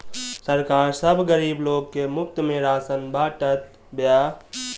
सरकार सब गरीब लोग के मुफ्त में राशन बांटत बिया